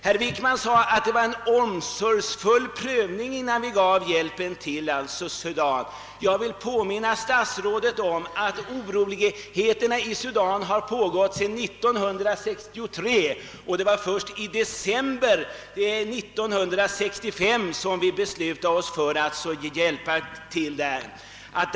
Herr Wickman sade att omsorgsfull prövning skett, innan hjälpen gavs till Sudan. Jag vill påminna statsrådet om att oroligheterna i Sudan pågått sedan 1963 och att det var först i december 1965 som beslutet fattades om detta hjälpprogram.